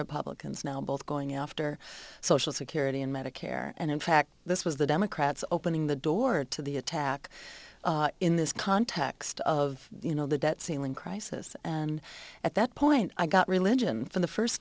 republicans now both going after social security and medicare and in fact this was the democrats opening the door to the attack in this context of you know the debt ceiling crisis and at that point i got religion for the first